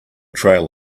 trail